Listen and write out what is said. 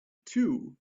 too